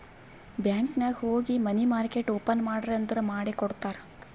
bank ನಾಗ್ ಹೋಗಿ money market open ಮಾಡ್ರಿ ಅಂದುರ್ ಮಾಡಿ ಕೊಡ್ತಾರ್